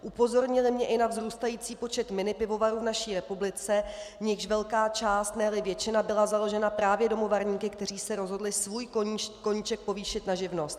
Upozornili mne i na vzrůstající počet minipivovarů v naší republice, v nichž velká část, neli většina byla založena právě domovarníky, kteří se rozhodli svůj koníček povýšit na živnost.